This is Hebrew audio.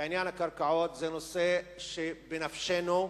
זה נושא שבנפשנו,